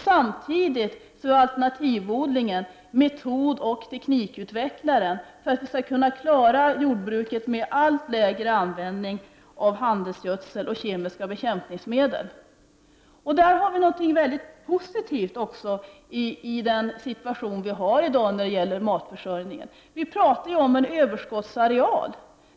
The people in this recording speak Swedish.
Samtidigt är alternativodlingen den metodoch teknikutvecklare som är nödvändig för att det skall bli möjligt för oss att inom jordbruket använda en allt lägre andel av handelsgödsel och kemiska bekämpningsmedel. Detta får också positiva effekter på den situation vi i dag har när det gäller matförsörjningen. Vi talar ju om en överskottsareal.